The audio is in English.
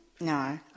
No